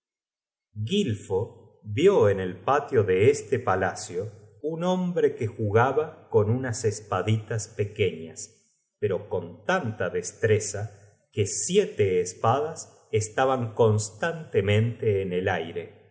batalla content from google book search generated at bre que jugaba con unas espaditas pequeñas pero con tanta destreza que siete espadas estaban constantemente en el aire